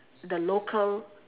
the local